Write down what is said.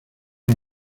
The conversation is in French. une